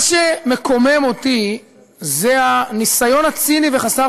מה שמקומם אותי זה הניסיון הציני וחסר